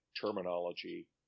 terminology